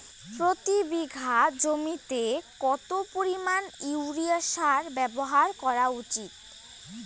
প্রতি বিঘা জমিতে কত পরিমাণ ইউরিয়া সার ব্যবহার করা উচিৎ?